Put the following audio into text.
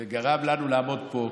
וגרם לנו לעמוד פה,